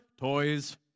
Toys